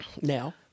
now